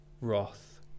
wrath